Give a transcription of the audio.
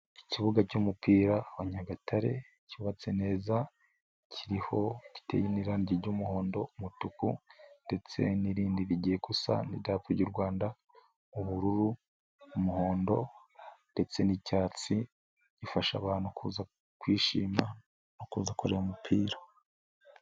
Ikibuga cy'umupira wa Nyagatare cyubatse neza, kiriho, giteye n'irangi ry'umuhondo, umutuku ndetse n'irindi rigiye gus n'idarapo ry'u Rwanda, ubururu, umuhondo ndetse n'icyatsi, gifasha abantu kuza kwishima no kuza kureba umupira.